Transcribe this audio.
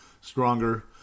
stronger